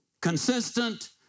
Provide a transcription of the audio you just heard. consistent